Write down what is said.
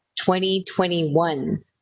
2021